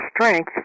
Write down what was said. strength